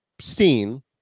seen